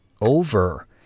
over